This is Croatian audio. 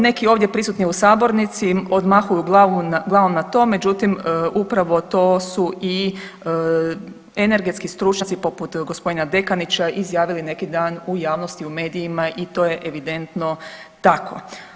Neki ovdje prisutni u sabornici odmahuju glavom na to, međutim upravo to su i energetski stručnjaci poput gospodina Dekanića izjavili neki dan u javnosti, u medijima i to je evidentno tako.